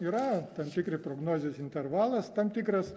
yra tam tikri prognozės intervalas tam tikras